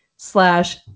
slash